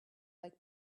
like